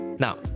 Now